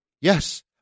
Yes